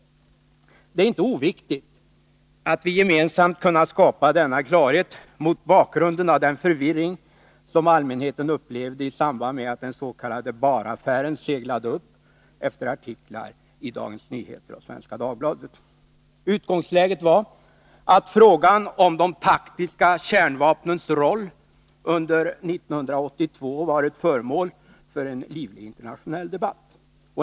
Det är inte oviktigt att vi gemensamt kunnat skapa denna klarhet, mot bakgrund av den förvirring som allmänheten upplevde i samband med att den s.k. Bahraffären seglade upp efter artiklar i Dagens Nyheter och Svenska Dagbladet. Utgångsläget var att frågan om de taktiska kärnvapnens roll under 1982 varit föremål för en livlig internationell debatt.